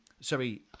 sorry